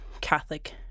Catholic